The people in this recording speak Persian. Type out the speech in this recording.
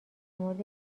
مورد